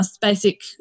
basic